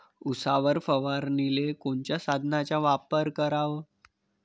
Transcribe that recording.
उसावर फवारनीले कोनच्या साधनाचा वापर कराव?